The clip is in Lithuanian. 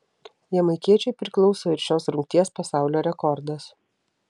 jamaikiečiui priklauso ir šios rungties pasaulio rekordas